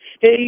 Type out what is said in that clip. Hey